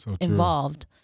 involved